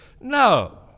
No